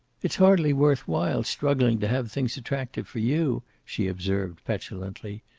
it's hardly worth while struggling to have things attractive for you, she observed petulantly.